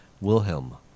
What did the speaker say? Wilhelm